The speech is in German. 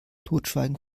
totschweigen